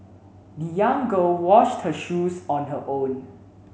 the young girl washed her shoes on her own